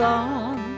on